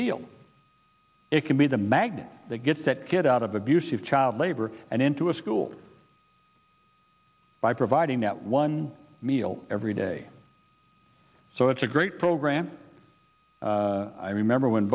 deal it can be the magnet that gets that get out of the abuse of child labor and into a school by providing that one meal every day so it's a great program i remember when